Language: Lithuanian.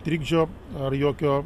trikdžio ar jokio